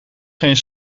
geen